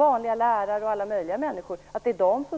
Det är orimligt att lärare och andra